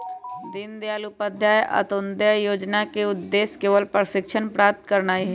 दीनदयाल उपाध्याय अंत्योदय जोजना के उद्देश्य कौशल प्रशिक्षण प्रदान करनाइ हइ